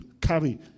carry